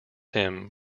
him